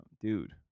dude